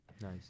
Nice